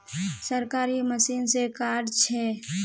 सरकारी मशीन से कार्ड छै?